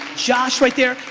josh, right there.